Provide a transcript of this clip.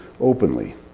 openly